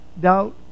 doubt